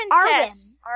Princess